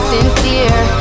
Sincere